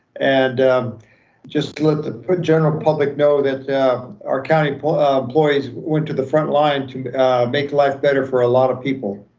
and just let the general public know that our county employees went to the front line to make life better for a lot of people.